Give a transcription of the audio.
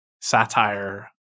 satire